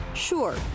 Sure